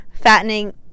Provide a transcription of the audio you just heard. fattening